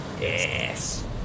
Yes